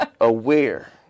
aware